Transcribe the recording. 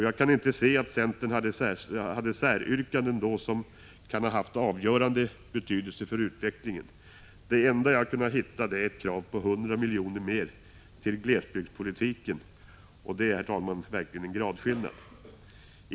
Jag kan inte se att centerpartiet då hade säryrkanden som kan ha haft avgörande betydelse för utvecklingen. Det enda jag har kunnat hitta är ett krav på 100 miljoner mer till glesbygdspolitiken, och det är verkligen en gradskillnad.